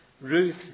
Ruth